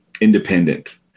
independent